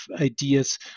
ideas